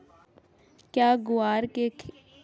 क्या ग्वार की खेती से खेत की ओर उर्वरकता बढ़ती है?